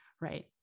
right